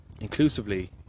inclusively